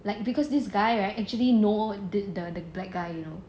like because this guy right actually know the the black guy you know